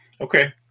Okay